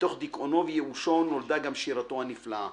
ומתוך דיכאונו וייאושו נולדה גם שירתו הנפלאה.